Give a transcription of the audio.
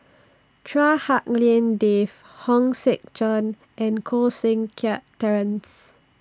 Chua Hak Lien Dave Hong Sek Chern and Koh Seng Kiat Terence